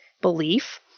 belief—